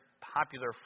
popular